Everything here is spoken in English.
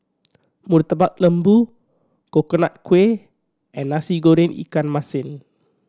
Murtabak Lembu Coconut Kuih and Nasi Goreng ikan masin